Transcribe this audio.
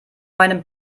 meinem